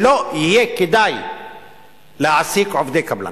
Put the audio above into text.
שלא יהיה כדאי להעסיק עובדי קבלן,